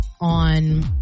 on